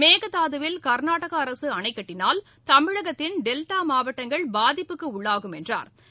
மேகதாதுவில் கர்நாடக அரசு அணைக்கட்டினால் தமிழகத்தின் டெல்டா மாவட்டங்கள் பாதிப்புக்கு உள்ளாகும் என்றா்